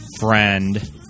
friend